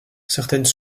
certaines